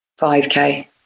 5k